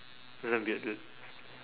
that's damn weird dude